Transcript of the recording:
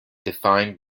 defined